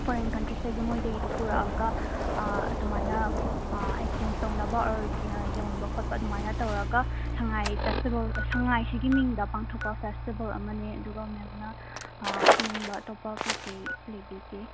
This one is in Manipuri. ꯐꯣꯔꯦꯟ ꯀꯟꯇ꯭ꯔꯤꯁꯇꯩꯁꯨ ꯃꯣꯏꯗꯒꯤꯗꯨ ꯄꯨꯔꯛꯑꯒ ꯑꯗꯨꯃꯥꯏꯅ ꯑꯦꯛꯆꯦꯟ꯭ꯖ ꯇꯧꯅꯕ ꯑꯣꯔ ꯌꯣꯟꯕ ꯈꯣꯠꯄ ꯑꯗꯨꯃꯥꯏꯅ ꯇꯧꯔꯒ ꯁꯉꯥꯏ ꯐꯦꯁꯇꯤꯕꯦꯜ ꯁꯉꯥꯏꯁꯤꯒꯤ ꯃꯤꯡꯗ ꯄꯥꯡꯊꯣꯛꯄ ꯐꯦꯁꯇꯤꯕꯦꯜ ꯑꯃꯅ ꯑꯗꯨꯒ ꯃꯦꯝꯅ ꯈꯪꯅꯤꯡꯕ ꯑꯇꯣꯞꯄ ꯀꯩ ꯀꯩ ꯂꯩꯕꯤꯒꯦ